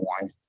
one